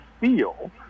feel